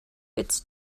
its